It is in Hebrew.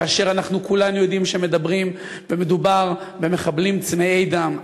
כאשר אנחנו כולנו יודעים שמדובר במחבלים צמאי דם.